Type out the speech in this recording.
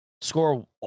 score